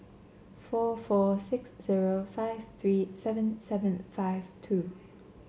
four four six zero five three seven seven five two